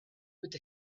with